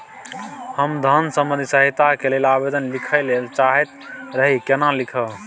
हम धन संबंधी सहायता के लैल आवेदन लिखय ल चाहैत रही केना लिखब?